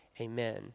amen